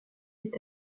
est